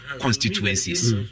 constituencies